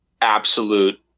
absolute